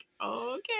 Okay